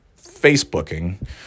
Facebooking